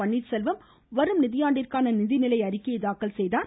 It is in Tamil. பன்னீர் செல்வம் வரும் நிதியாண்டிற்கான நிதிநிலை அறிக்கையை தாக்கல் செய்தார்